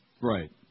Right